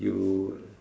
you